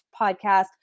podcast